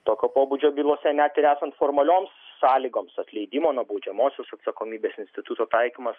tokio pobūdžio bylose net ir esant formalioms sąlygoms atleidimo nuo baudžiamosios atsakomybės instituto taikymas